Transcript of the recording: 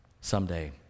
someday